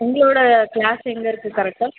உங்களோடய க்ளாஸ் எங்கே இருக்குது கரெக்டாக